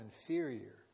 inferior